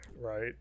right